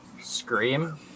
scream